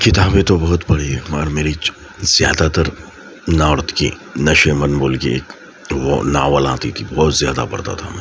کتابیں تو بہت پڑھی ہے مگر میری زیادہ تر کی نشیمن بول کے ایک وہ ناول آتی تھی بہت زیادہ پڑھتا تھا میں